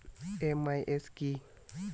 MIS কি?